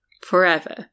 forever